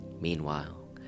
Meanwhile